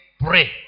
pray